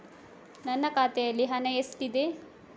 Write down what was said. ನನ್ನ ಖಾತೆಯಲ್ಲಿ ಹಣ ಎಷ್ಟಿದೆ?